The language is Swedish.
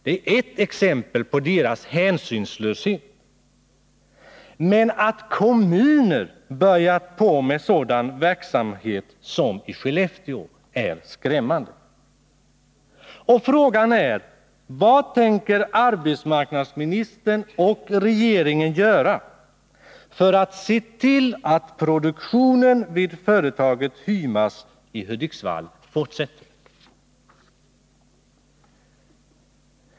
Detta är ett exempel på dess hänsynslöshet. Men att kommuner har börjat med sådan verksamhet som Skellefteå gjort är skrämmande. Frågan är: Vad tänker arbetsmarknadsministern och regeringen göra för att se till att produktionen vid företaget Hymas i Hudiksvall fortsätter?